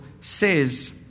says